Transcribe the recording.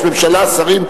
שרים,